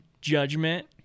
judgment